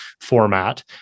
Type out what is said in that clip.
format